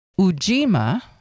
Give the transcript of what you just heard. Ujima